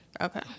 Okay